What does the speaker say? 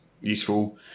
useful